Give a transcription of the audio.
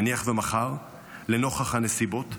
נניח ומחר לנוכח הנסיבות,